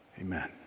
Amen